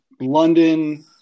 London